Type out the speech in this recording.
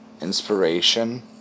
inspiration